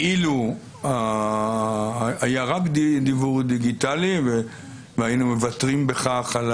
אילו היה רק דיוור דיגיטלי והיינו מוותרים בכך על